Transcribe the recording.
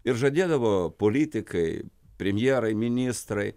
ir žadėdavo politikai premjerai ministrai